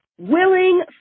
willing